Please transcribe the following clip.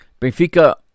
Benfica